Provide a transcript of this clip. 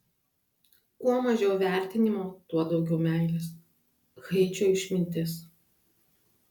kuo mažiau vertinimo tuo daugiau meilės haičio išmintis